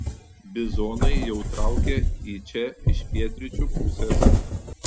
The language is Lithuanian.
bizonai jau traukia į čia iš pietryčių pusės